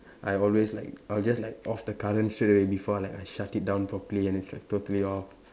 I always like I'll just like off the current straightaway before like I shut it down properly and it's like totally off